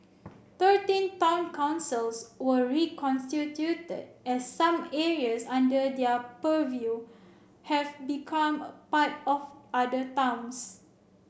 thirteen town councils were reconstituted as some areas under their purview have become part of other towns